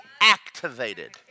activated